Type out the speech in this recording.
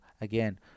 again